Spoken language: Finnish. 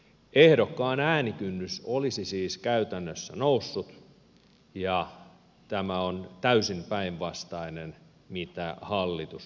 ehdokkaan äänikynnys olisi siis käytännössä noussut ja täysin päinvastainen on tämä mitä hallitus nyt puolustelee